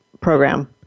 program